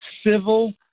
civil